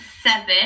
seven